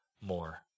more